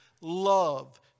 love